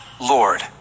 Lord